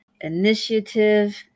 initiative